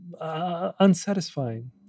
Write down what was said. Unsatisfying